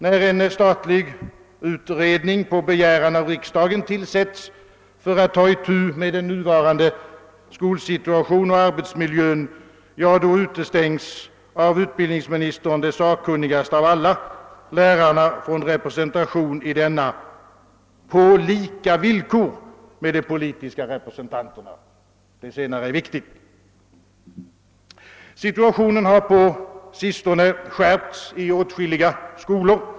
När en statlig utredning på begäran av riksdagen tillsätts för att ta itu med den nuvarande skolsituationen och arbetsmiljön, ja, då utestängs av utbildningsministern de sakkunnigaste av alla — lärarna — från representation i denna utredning på lika villkor med de politiska representanterna. Det senare är viktigt. Situationen har på sistone skärpts i åtskilliga skolor.